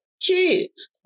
kids